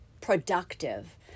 productive